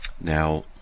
Now